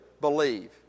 believe